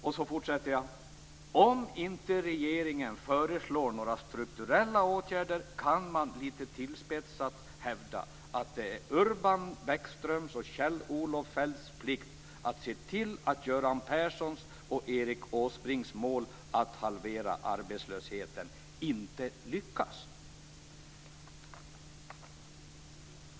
Det andra citatet lyder: "Om inte regeringen föreslår några strukturella åtgärder kan man litet tillspetsat hävda att det är Urban Bäckströms och Kjell-Olof Feldts plikt att se till att Göran Perssons och Erik Åsbrinks mål att halvera arbetslösheten inte lyckas."